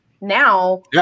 now